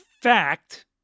fact